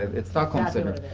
it's stockholm syndrome.